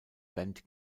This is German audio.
band